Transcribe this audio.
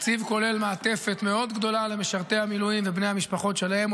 התקציב כולל מעטפת גדולה מאוד למשרתי המילואים ובני המשפחות שלהם,